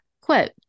quote